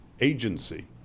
agency